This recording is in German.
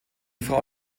frau